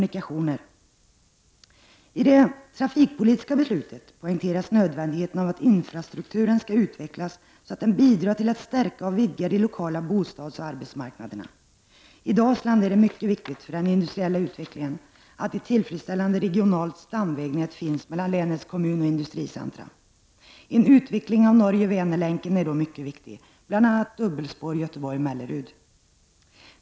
I det trafikpolitiska beslutet poängteras nödvändigheten av att infrastrukturen skall utvecklas, så att den bidrar till att stärka och vidga de lokala bostadsoch arbetsmarknaderna. I Dalsland är det mycket viktigt för den industriella utvecklingen att ett tillfredsställande regionalt stamvägnät finns mellan länets kommunoch industricentra. En utveckling av Norge-Vänerlänken är då mycket viktig, liksom bl.a. annat dubbelspår mellan Göteborg och Mellerud.